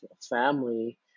family